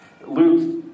Luke